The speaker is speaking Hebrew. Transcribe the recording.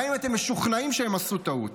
גם אם אתם משוכנעים שהם עשו טעות.